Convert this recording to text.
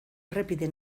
errepide